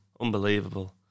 Unbelievable